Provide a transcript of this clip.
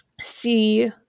see